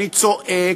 אני צועק,